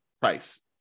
price